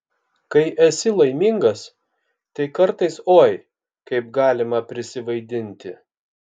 kai esi laimingas tai kartais oi kaip galima prisivaidinti